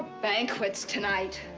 banquet's tonight.